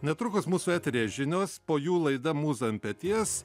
netrukus mūsų eteryje žinios po jų laida mūza ant peties